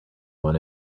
one